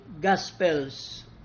Gospels